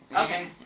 Okay